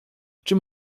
czy